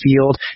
field